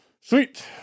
Sweet